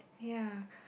ya